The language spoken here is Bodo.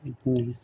बिदिनो